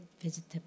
vegetable